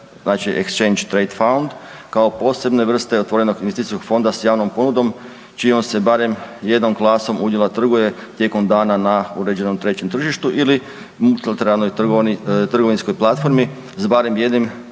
znači exchange traded fund, kao posebne vrste otvorenog investicijskog fonda s javnom ponudom, čijom se barem jednom klasom udjela trguje tijekom dana na uređenom trećem tržištu ili .../Govornik se ne razumije./... trgovinskoj platformi s barem jednim